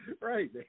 Right